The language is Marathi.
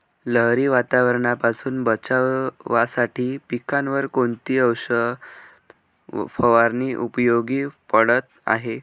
लहरी वातावरणापासून बचावासाठी पिकांवर कोणती औषध फवारणी उपयोगी पडत आहे?